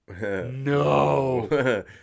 no